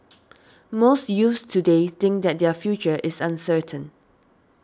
most youths today think that their future is uncertain